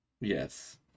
Yes